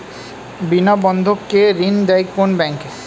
বিনা বন্ধক কে ঋণ দেয় কোন ব্যাংক?